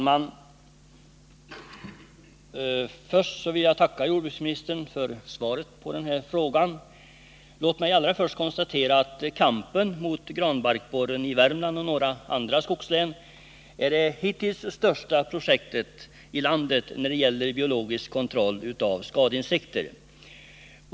Herr talman! Jag tackar jordbruksministern för svaret på min fråga. För det första kan vi konstatera att kampen mot granbarkborren i Värmland och några andra skogslän är det hittills största projektet i landet när det gäller biologisk kontroll av skadeinsekter.